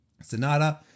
Sonata